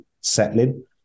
settling